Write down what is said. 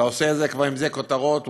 אתה עושה כבר עם זה כותרות או-אה.